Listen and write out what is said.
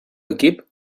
equip